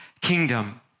kingdom